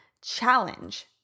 Challenge